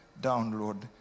download